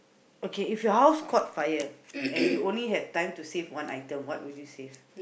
okay if your house caught fire and you only have time to save one item what would you save